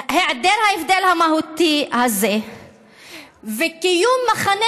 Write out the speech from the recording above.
היעדר ההבדל המהותי הזה וקיום מכנה